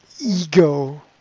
ego